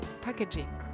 packaging